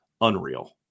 unreal